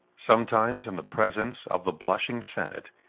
sometimes, in the presence of the blushing senate,